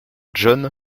john